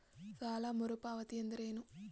ಸಾಲ ಮರುಪಾವತಿ ಎಂದರೇನು?